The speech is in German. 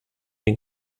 den